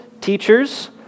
teachers